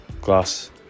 glass